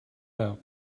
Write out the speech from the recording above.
out